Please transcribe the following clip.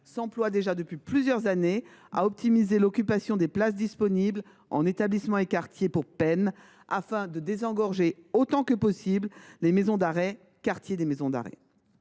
s’emploie depuis plusieurs années déjà à optimiser l’occupation des places disponibles dans les établissements et quartiers pour peine, afin de désengorger autant que possible les maisons d’arrêt et quartiers maison d’arrêt.